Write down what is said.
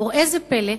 וראה זה פלא,